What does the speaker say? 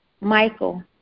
Michael